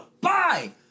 Buy